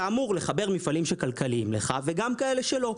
אתה אמור לחבר מפעלים שכלכליים לך וגם כאלה שלא,